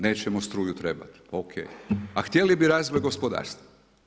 Nećemo struju trebati, ok, a htjeli bi razvoj gospodarstva.